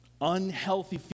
unhealthy